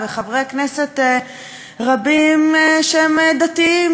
וחברי כנסת רבים שהם דתיים,